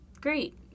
great